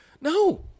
No